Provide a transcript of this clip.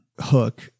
hook